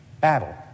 battle